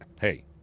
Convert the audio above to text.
Hey